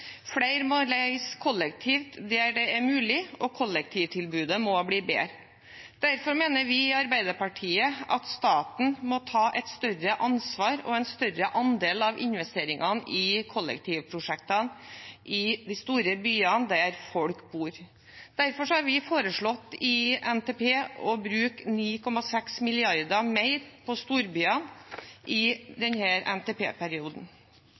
flere må reise kollektivt der det er mulig, og kollektivtilbudet må bli bedre. Vi i Arbeiderpartiet mener at staten må ta et større ansvar og en større andel av investeringene i kollektivprosjektene i de store byene der folk bor. Derfor har vi i Nasjonal transportplan foreslått å bruke 9,6 mrd. kr mer på storbyene i